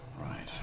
Right